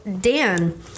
Dan